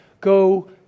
go